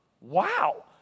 Wow